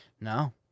No